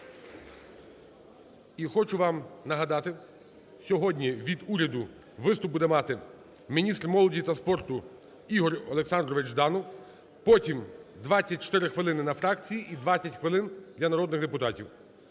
І хочу вам нагадати, сьогодні від уряду виступ буде мати міністр молоді та спорту Ігор Олександрович Жданов. Потім 24 хвилини – на фракції і 20 хвилин – для народних депутатів.